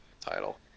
title